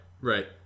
right